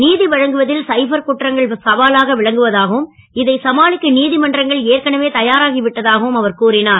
நீதி வழங்குவதில் சைபர் குற்றங்கள் சவாலாக விளங்குவதாகவும் இதை சமாளிக்க நீதிமன்றங்கள் ஏற்கனவே தயாராகிவிட்டதாகவும் அவர் கூறினார்